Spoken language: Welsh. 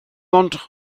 ond